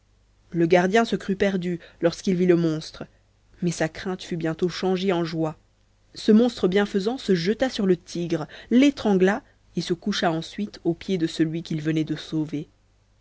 le gardien se crut perdu lorsqu'il vit le monstre mais sa crainte fut bientôt changée en joie ce monstre bienfaisant se jeta sur le tigre l'étrangla et se coucha ensuite aux pieds de celui qu'il venait de sauver